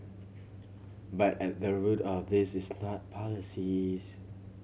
but at the root of this is not policies